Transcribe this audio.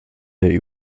der